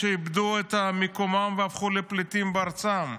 שאיבדו את מיקומם והפכו לפליטים בארצם.